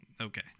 Okay